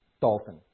dolphin